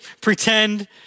pretend